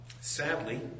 sadly